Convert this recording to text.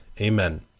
Amen